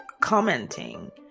commenting